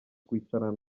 kwicarana